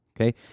Okay